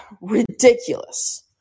ridiculous